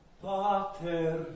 Father